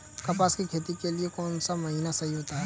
कपास की खेती के लिए कौन सा महीना सही होता है?